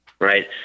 right